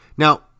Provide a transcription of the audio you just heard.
Now